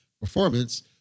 performance